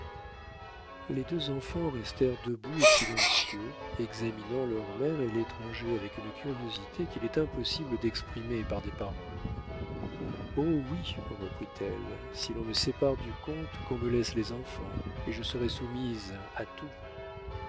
les deux enfants restèrent debout et silencieux examinant leur mère et l'étranger avec une curiosité qu'il est impossible d'exprimer par des paroles oh oui reprit-elle si l'on me sépare du comte qu'on me laisse les enfants et je serai soumise à tout